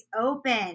open